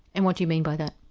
and what do you mean by that?